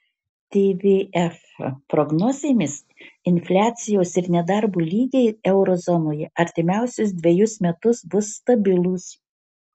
tvf prognozėmis infliacijos ir nedarbo lygiai euro zonoje artimiausius dvejus metus bus stabilūs